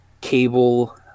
cable